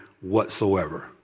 whatsoever